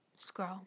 scroll